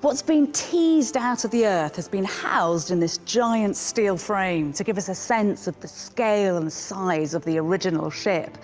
what's been teased out of the earth has been housed in this giant steel frame to give us a sense of the scale and size of the original ship